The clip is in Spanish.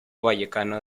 vallecano